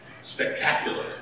spectacular